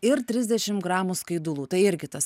ir trisdešimt gramų skaidulų tai irgi tas